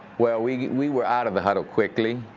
well, we we were out of the huddle quickly.